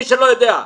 מי שלא יודע,